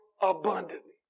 abundantly